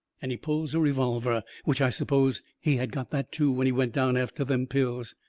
and he pulls a revolver. which i suppose he had got that too when he went down after them pills.